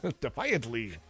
Defiantly